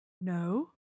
No